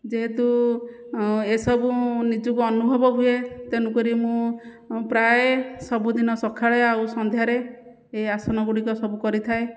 ଯେହେତୁ ଏସବୁ ନିଜକୁ ଅନୁଭବ ହୁଏ ତେଣୁକରି ମୁଁ ପ୍ରାୟ ସବୁଦିନ ସକାଳେ ଆଉ ସନ୍ଧ୍ୟାରେ ଏହି ଆସନଗୁଡ଼ିକ ସବୁ କରିଥାଏ